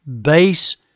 base